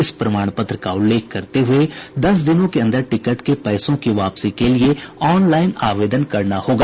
इस प्रमाण पत्र का उल्लेख करते हुए दस दिनों के अंदर टिकट के पैसों की वापसी के लिए ऑनलाइन आवेदन करना होगा